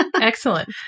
Excellent